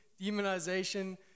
Demonization